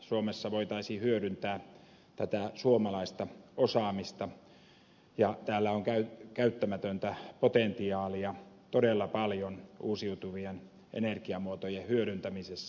suomessa voitaisiin hyödyntää tätä suomalaista osaamista ja täällä on käyttämätöntä potentiaalia todella paljon uusiutuvien energiamuotojen hyödyntämisessä